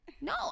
No